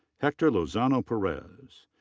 hector lozano perez.